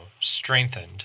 strengthened